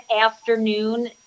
afternoon